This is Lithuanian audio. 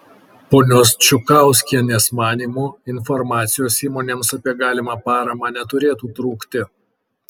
ponios čukauskienės manymu informacijos įmonėms apie galimą paramą neturėtų trūkti